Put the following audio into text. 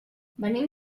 venim